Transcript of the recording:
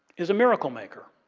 is a miracle maker.